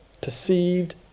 perceived